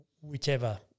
whichever